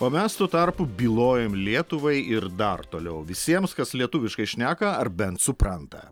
o mes tuo tarpu bylojam lietuvai ir dar toliau visiems kas lietuviškai šneka ar bent supranta